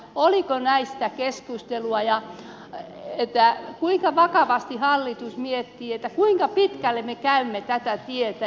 kysynkin oliko näistä keskustelua ja kuinka vakavasti hallitus miettii kuinka pitkälle me käymme tätä tietä